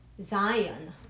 Zion